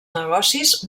negocis